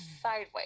sideways